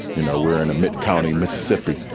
you know, we're in a mitt county, mississippi,